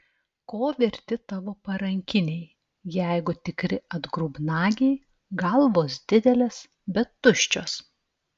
ko verti tavo parankiniai jeigu tikri atgrubnagiai galvos didelės bet tuščios